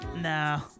Nah